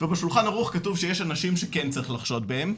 ובשולחן ערוך כתוב שיש אנשים שכן צריך לחשוד מהם,